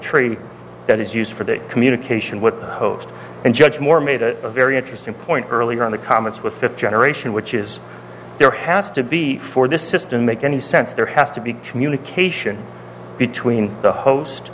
tree that is used for the communication with the host and judge more made a very interesting point earlier in the comments with fifth generation which is there has to be for this system make any sense there has to be communication between the host